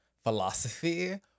philosophy